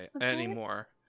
anymore